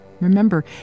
Remember